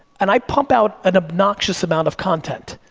and i pump out an obnoxious amount of content,